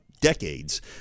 decades